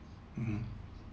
mm